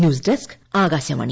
news desk Akashvani